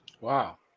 Wow